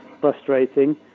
frustrating